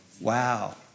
Wow